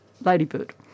ladybird